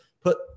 put